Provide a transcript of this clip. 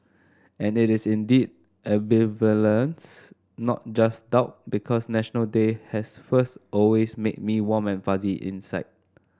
and it is indeed ambivalence not just doubt because National Day has first always made me warm and fuzzy inside